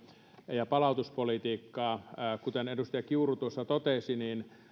ja ja palautuspolitiikkaa kuten edustaja kiuru tuossa totesi niin